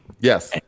Yes